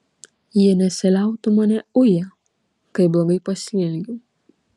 jie nesiliautų mane uję kaip blogai pasielgiau